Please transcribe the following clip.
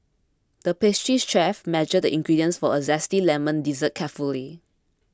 the pastry chef measured the ingredients for a Zesty Lemon Dessert carefully